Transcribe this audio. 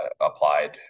applied